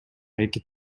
эки